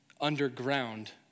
underground